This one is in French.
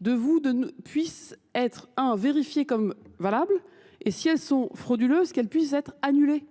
de vous de ne puissent être un vérifié comme valable et si elles sont frauduleuses qu'elles puissent être annulées.